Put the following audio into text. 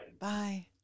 Bye